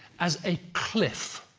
as a cliff.